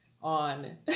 on